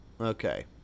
Okay